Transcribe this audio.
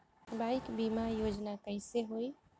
Bike बीमा योजना कैसे होई?